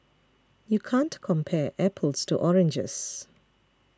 you can't compare apples to oranges